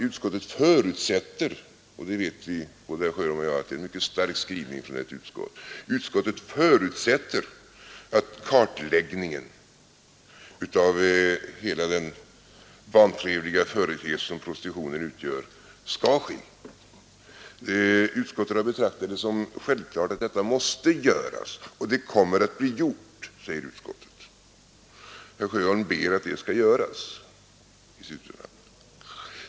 Utskottet förutsätter och både herr Sjöholm och jag vet att det är en mycket stark skrivning från ett utskott att en kartläggning av hela den otrevliga företeelse som prostitutionen utgör skall ske. Utskottet betraktar det som självklart att detta måste göras, och det kommer att bli gjort, säger utskottet. I sitt yrkande ber herr Sjöholm att det skall göras.